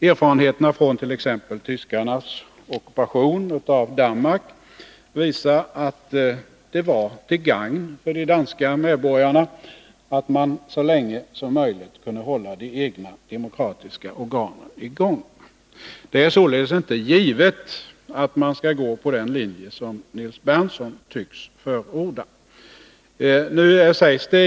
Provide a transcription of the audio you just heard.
Erfarenheterna från t.ex. tyskarnas ockupation av Danmark visar att det var till gagn för de danska medborgarna att man så länge som möjligt kunde hålla de egna demokratiska organen i gång. Det är således inte givet att man skall gå på den linje som Nils Berndtson tycks förorda.